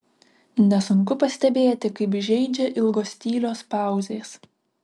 nesunku pastebėti kaip žeidžia ilgos tylios pauzės